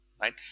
Right